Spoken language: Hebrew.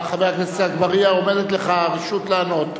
חבר הכנסת אגבאריה, עומדת לך הרשות לענות.